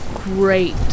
Great